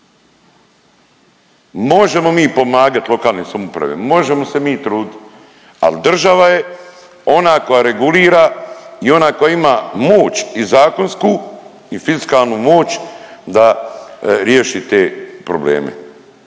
Možemo mi pomagat lokalne samouprave, možemo se mi trudit ali država je ona koja regulira i ona koja ima moć i zakonsku i fiskalnu moć da riješi te probleme.